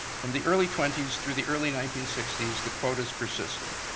from the early twenty s through the early nineteen sixty s, the quotas persisted.